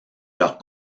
leurs